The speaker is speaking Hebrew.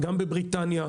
בבריטניה,